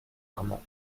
marmande